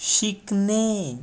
शिकने